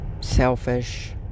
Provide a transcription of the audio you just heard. selfish